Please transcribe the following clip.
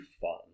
fun